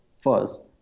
first